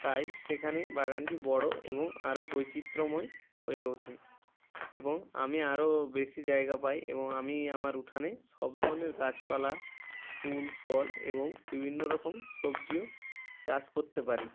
তাই সেখানে বাগানটি বড়ো এবং আরও বৈচিত্র্যময় হয়ে ওঠে এবং আমি আরও বেশি জায়গা পাই এবং আমি আমার উঠানে সব ধরনের গাছপালা ফুল ফল এবং বিভিন্ন রকম সবজিও চাষ করতে পারি